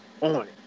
on